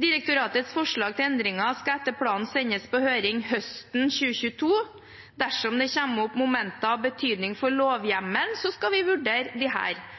Direktoratets forslag til endringer skal etter planen sendes på høring høsten 2022. Dersom det kommer opp momenter av betydning for lovhjemmelen, skal vi vurdere